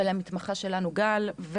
ולמתמחה שלנו גל,